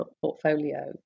portfolio